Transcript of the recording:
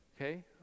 okay